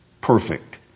perfect